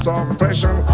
oppression